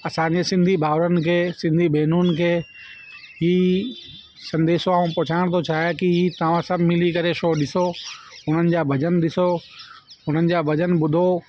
असांजे सिंधी भावरनि खे सिंधी भेनरुनि खे ई संदेशो आऊं पहुचाइण थो चाहियां की ई तव्हां सभ मिली करे शो ॾिसो हुननि जा भॼन ॾिसो हुननि जा भॼन ॿुधो